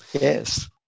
Yes